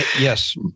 yes